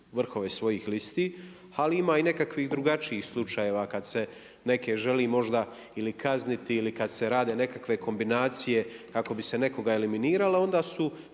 vrhove svojih listi, ali ima i nekakvih drugačijih slučajeva kad se neke želi možda ili kazniti ili kad se rade nekakve kombinacije kako bi se nekoga eliminiralo onda su